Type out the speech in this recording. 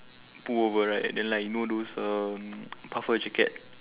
pullover right and then like you know those um puffer jacket